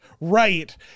Right